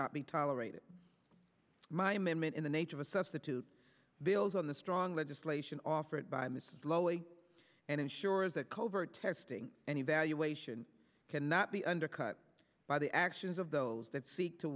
not be tolerated my amendment in the nature of a substitute bills on the strong legislation offered by mr lowy and ensures that covert testing and evaluation cannot be undercut by the actions of those that seek to